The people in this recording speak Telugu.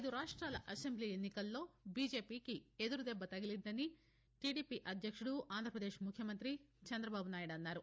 ఐదు రాష్ట్రాల అసెంబ్లీ ఎన్నికల్లో బీజేపీకి ఎదురుదెబ్బ తగిలిందని టిడిపి అధ్యక్షదు ఆంధ్రాపదేశ్ ముఖ్యమంతి చంద్రబాబునాయుడు అన్నారు